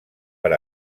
per